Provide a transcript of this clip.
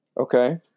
Okay